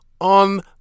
on